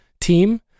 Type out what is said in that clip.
team